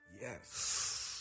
Yes